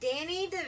Danny